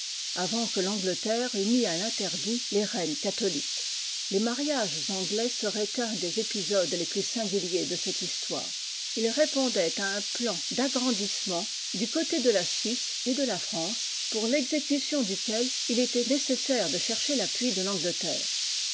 avant que l'angleterre eût mis à l'interdit les reines catholiques les mariages anglais seraient un des épisodes les plus singuliers de cette histoire ils répondaient à un plan d'agrandissement du côté de la suisse et de la france pour l'exécution duquel il était nécessaire de chercher l'appui de l'angleterre